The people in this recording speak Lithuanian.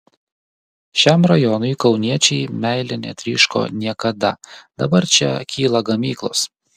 šiam rajonui kauniečiai meile netryško niekada dabar čia kyla gamyklos